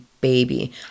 baby